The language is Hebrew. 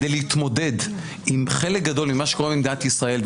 כדי להתמודד עם חלק גדול ממה שקורה במדינת ישראל,